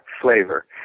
flavor